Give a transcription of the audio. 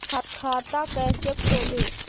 खाता कैसे खोले?